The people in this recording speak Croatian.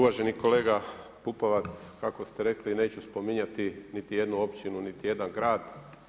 Uvaženi kolega Pupovac, kako ste rekli neću spominjati niti jednu općinu, niti jedan grad.